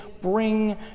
bring